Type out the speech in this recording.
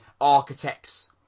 Architects